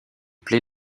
plaie